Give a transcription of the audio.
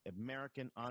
American